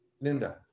Linda